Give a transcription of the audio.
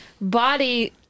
body